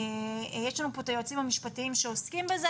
יש לנו פה את היועצים המשפטיים שעוסקים בזה,